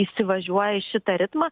įsivažiuoja į šitą ritmą